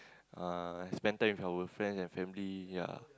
uh spend time with our friends and family ya